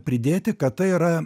pridėti kad tai yra